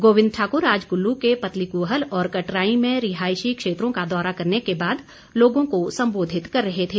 गोविंद ठाकुर आज कुल्लू के पतली कूहल और कटरांई में रिहायशी क्षेत्रों का दौरा करने के बाद लोगों को संबोधित कर रहे थे